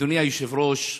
אדוני היושב-ראש,